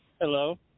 Hello